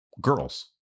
Girls